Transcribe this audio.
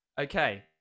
Okay